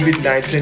COVID-19